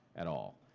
at all.